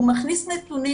הצוות מכניס נתונים,